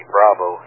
Bravo